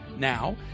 Now